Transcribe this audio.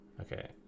okay